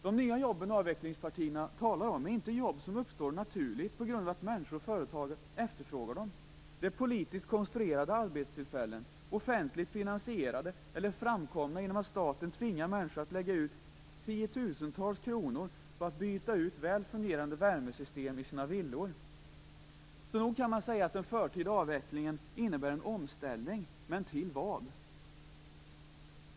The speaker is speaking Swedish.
De nya jobb som avvecklingspartierna talar om är inte jobb som uppstår naturligt på grund av att människor och företag efterfrågar dem, utan det är politiskt konstruerade arbetstillfällen offentligt finansierade eller framkomna genom att staten tvingar människor att lägga ut tiotusentals kronor på att byta ut väl fungerande värmesystem i sina villor. Nog kan man alltså säga att en förtida avveckling innebär en omställning. Men till vad?